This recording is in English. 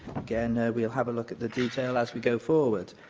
again, we'll have a look at the detail as we go forward.